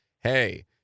Hey